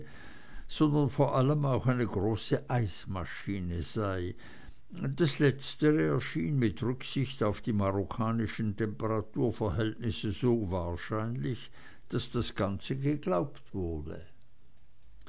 sondern vor allem auch eine große eismaschine sei das letztere erschien mit rücksicht auf die marokkanischen temperaturverhältnisse so wahrscheinlich daß das ganze geglaubt wurde